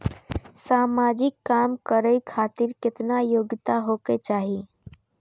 समाजिक काम करें खातिर केतना योग्यता होके चाही?